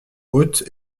othe